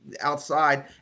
outside